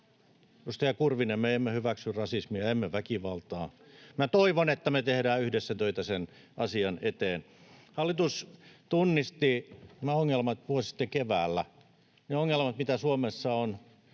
Edustaja Kurvinen, me emme hyväksy rasismia, emme väkivaltaa. Minä toivon, että me tehdään yhdessä töitä sen asian eteen. Hallitus tunnisti vuosi sitten keväällä ne ongelmat, mitä Suomessa on: